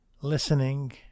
Listening